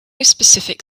specific